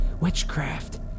witchcraft